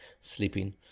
sleeping